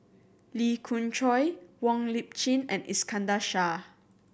Lee Khoon Choy Wong Lip Chin and Iskandar Shah